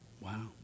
Wow